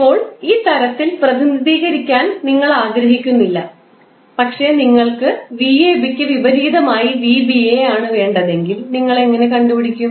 ഇപ്പോൾ ഈ തരത്തിൽ പ്രതിനിധീകരിക്കാൻ നിങ്ങൾ ആഗ്രഹിക്കുന്നില്ല പക്ഷേ നിങ്ങൾക്ക് 𝑣𝑎𝑏 ക്ക് വിപരീതമായി 𝑣𝑏𝑎 ആണ് വേണ്ടതെങ്കിൽ നിങ്ങൾ എങ്ങനെ കണ്ടുപിടിക്കും